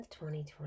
2020